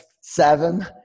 seven